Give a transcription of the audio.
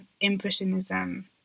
impressionism